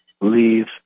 leave